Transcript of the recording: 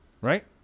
right